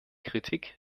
kritik